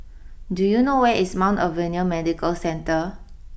do you know where is Mount Alvernia Medical Centre